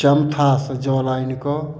चम्फासँ जल आनि कऽ